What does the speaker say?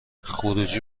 خروجی